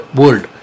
world